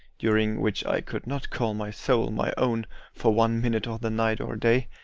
during which i could not call my soul my own for one minute of the night or day,